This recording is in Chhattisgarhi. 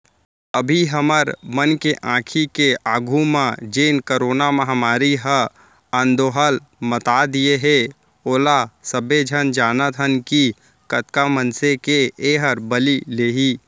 अभी हमर मन के आंखी के आघू म जेन करोना महामारी ह अंदोहल मता दिये हे ओला सबे झन जानत हन कि कतका मनसे के एहर बली लेही